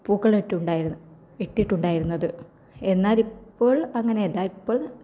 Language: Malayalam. പൂക്കളം ഇട്ടുണ്ടായത് ഇട്ടിട്ടുണ്ടായിരുന്നത് എന്നാൽ ഇപ്പോൾ അങ്ങനെയല്ല ഇപ്പോൾ